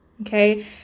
Okay